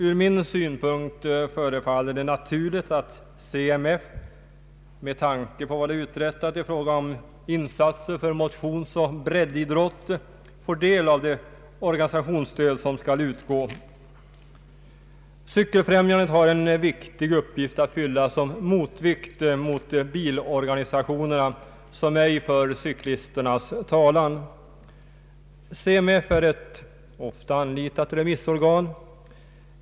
Ur min synpunkt förefaller det naturligt att CMF med tanke på dess insatser för motionsoch breddidrott får del av det organisationsstöd, som skall utgå. Cykelfrämjandet har en viktig uppgift att fylla som motvikt mot bilorganisationerna, som ej för cyklisternas talan. CMF är ett ofta anlitat remissorgan.